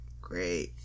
great